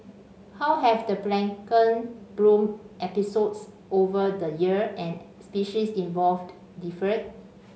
how have the plankton bloom episodes over the year and species involved differed